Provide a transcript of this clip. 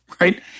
right